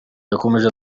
yakomeje